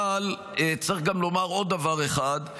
אבל צריך גם לומר עוד דבר אחד,